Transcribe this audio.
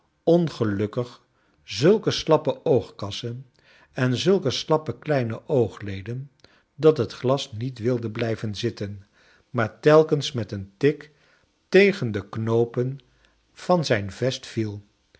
ongelukkig zulke slappe oogkassen en zulke slappe kleine oogleden dat het glas niet wilde blijven zitten maar telkens met een tik tegen de knoopen van zijn vest viel